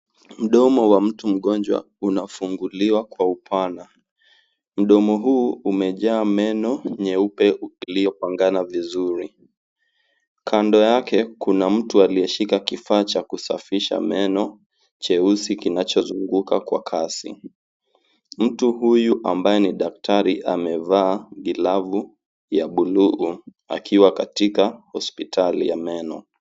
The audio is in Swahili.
Mdomo wa mtu mgonjwa unafunguliwa kwa upana. Mdomo huu umejaa meno nyeupe iliyopangana vizuri. Kando yake kuna mtu aliyeshika kifaa cha kusafisha meno cheusi kinachozunguka kwa kasi. Mtu huyu ambaye ni daktari amevaa glavu ya buluu akiwa katika hospitali ya meno.